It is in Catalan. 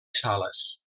sales